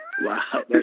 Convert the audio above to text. Wow